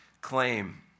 claim